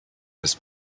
des